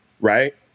right